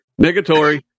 negatory